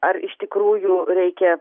ar iš tikrųjų reikia